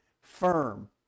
firm